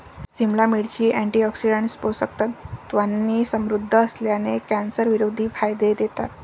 सिमला मिरची, अँटीऑक्सिडंट्स, पोषक तत्वांनी समृद्ध असल्याने, कॅन्सरविरोधी फायदे देतात